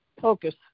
focus